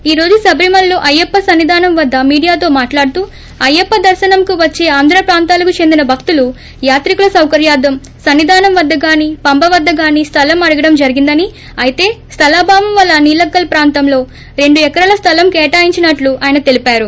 ఈ రోజు శబరిమలలో అయ్యప్ప సన్ని ధానం వద్ద మీడియాతో మాట్లాడుతూ అయ్యప్ప దర్పనంకు వచ్చే ఆంధ్రా ప్రాంతాలకు చెందిన భక్తులు యాత్రీకుల సౌకర్యార్ధం సన్ని ధానం వద్ద గానీ పంబ వద్గ గానీ స్లలం అడగడం జరిగిందని అయితే స్టలాభావం వల్ల నీలక్కల్ ప్రాంతంలో రెండు ఎకరాల స్థలం కేటాయించినట్టు ఆయన తెలిపారు